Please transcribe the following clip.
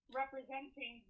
representing